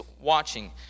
watching